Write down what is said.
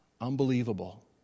Unbelievable